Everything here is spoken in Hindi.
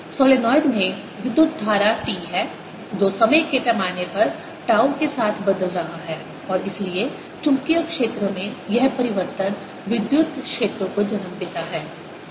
सॉलोनॉइड में विद्युत धारा I t है जो समय के पैमाने पर टाउ के साथ बदल रहा है और इसलिए चुंबकीय क्षेत्र में यह परिवर्तन विद्युत क्षेत्र को जन्म देता है